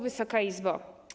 Wysoka Izbo!